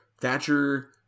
Thatcher